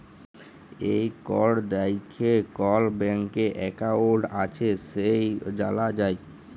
এই কড দ্যাইখে কল ব্যাংকে একাউল্ট আছে সেট জালা যায়